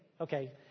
Okay